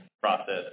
process